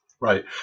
Right